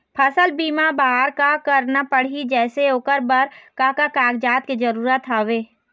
फसल बीमा बार का करना पड़ही जैसे ओकर बर का का कागजात के जरूरत हवे?